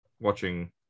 watching